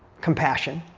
compassion.